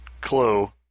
clue